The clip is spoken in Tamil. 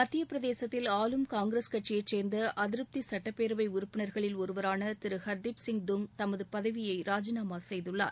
மத்தியப்பிரதேசத்தில் ஆளும் காங்கிரஸ் கட்சியைச் சேர்ந்த அதிருப்தி சட்டப்பேரவை உறுப்பினர்களில் ஒருவரான திரு ஹர்தீப் சிங் துங் தமது பதவியை ராஜினாமா செய்துள்ளார்